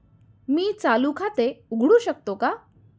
मी चालू खाते उघडू शकतो का?